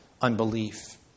unbelief